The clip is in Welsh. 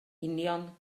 union